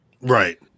Right